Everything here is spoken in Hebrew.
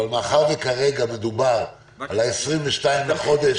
אבל מאחר וכרגע מדובר על ה-22 לחודש,